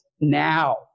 now